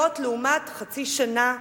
זאת, לעומת חצי שנה,